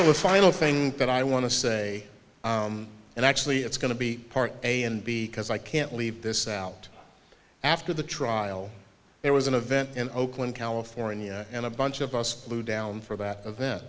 a final thing that i want to say and actually it's going to be part a and b because i can't leave this out after the trial there was an event in oakland california and a bunch of us blew down for that event